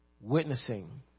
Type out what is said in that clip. witnessing